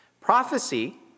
Prophecy